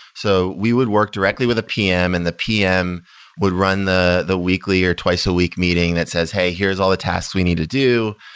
so we would work directly with a pm and the pm would run the the weekly, or twice a week meeting that says, hey, here's all the tasks we need to do.